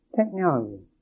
technology